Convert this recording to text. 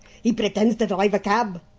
he pretends to drive a cab,